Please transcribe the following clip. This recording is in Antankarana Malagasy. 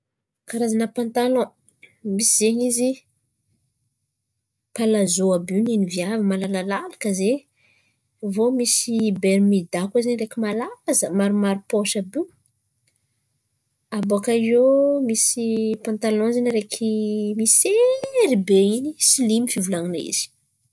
Karazana pantalan misy zen̈y izy palazo àby io, n̈in̈y viavy malalalaka zay. Avô misy bermioda kôa zen̈y araiky malaza maromaro pôso àby io. Abôkà eo misy pantalan zen̈y araiky misery be in̈y, slimy fivolan̈ana izy.